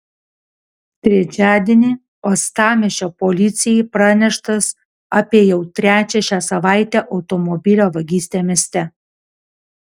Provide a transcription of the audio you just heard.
trečiadienį uostamiesčio policijai praneštas apie jau trečią šią savaitę automobilio vagystę mieste